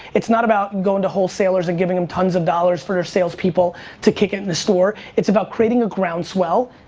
it's not about going to wholesalers and giving them tons of dollars for their sales people to kick in the store. it's about creating a grounds well,